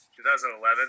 2011